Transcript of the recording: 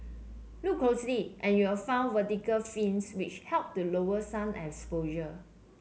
look closely and you'll find vertical fins which help to lower sun exposure